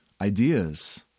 ideas